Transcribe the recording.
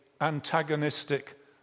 antagonistic